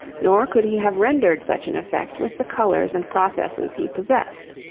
nor could he have rendered such an effect with the colours and processes he possessed.